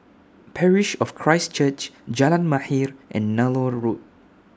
Parish of Christ Church Jalan Mahir and Nallur Road